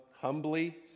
humbly